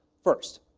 first,